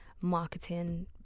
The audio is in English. marketing